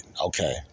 Okay